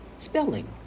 Spelling